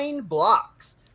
blocks